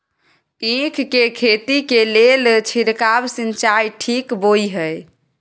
ईख के खेती के लेल छिरकाव सिंचाई ठीक बोय ह?